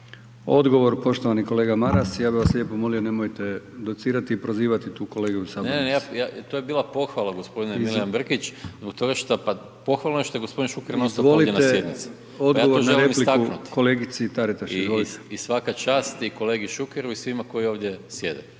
Odgovor poštovani kolega Maras. Ja bih vas lijepo molio nemojte docirati i prozivati tu kolege u sabornici. **Maras, Gordan (SDP)** Ne, ne to je bila pohvala gospodine Brkić, pa pohvalno je što je gospodin Šuker non stop ovdje na sjednici. … /Govornici govore u isto vrijeme./ … I svaka čast i kolegi Šukeru i svima koji ovdje sjede.